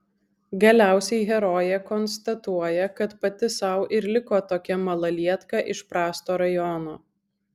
galiausiai herojė konstatuoja kad pati sau ir liko tokia malalietka iš prasto rajono